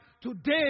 today